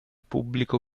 pubblico